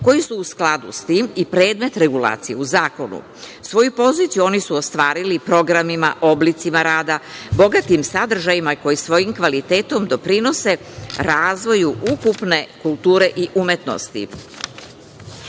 koji su u skladu s tim i predmet regulacije u zakonu. Svoju poziciju oni su ostvarili programima, oblicima rada, bogatim sadržajima koji svojim kvalitetom doprinose razvoju ukupne kulture i umetnosti. Izmene